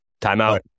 timeout